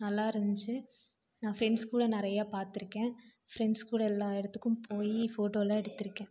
நல்லா இருந்துச்சு நான் ஃபரெண்ட்ஸ் கூட நிறையா பாத்துருக்கேன் ஃபரெண்ட்ஸ் கூட எல்லா இடத்துக்கும் போய் ஃபோட்டோலாம் எடுத்திருக்கேன்